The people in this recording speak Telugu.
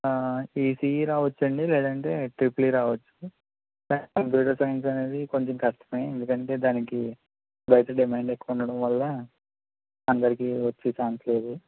ఈసీఈ రావచ్చండి లేదంటే ట్రిపుల్ ఈ రావచ్చు కంప్యూటర్ సైన్స్ అనేది కొంచం కష్టమే ఎందుకంటే దానికి బయట డిమాండ్ ఎక్కువ ఉండడం వల్ల అందరికి వచ్చే ఛాన్స్ లేదు